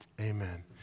amen